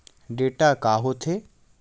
Data का होथे?